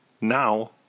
now